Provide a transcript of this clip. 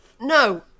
no